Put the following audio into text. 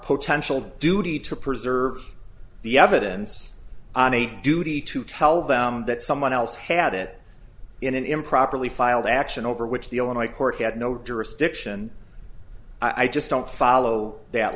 potential duty to preserve the evidence on a duty to tell them that someone else had it in an improperly filed action over which the illinois court had no jurisdiction i just don't follow that